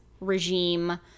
regime